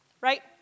right